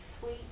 sweet